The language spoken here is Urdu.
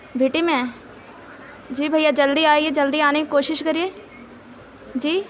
بھیٹی میں ہیں جی بھیا جلدی آئیے جلدی آنے کی کوشش کریے جی